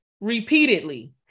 repeatedly